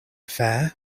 affair